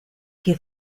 che